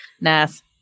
Nice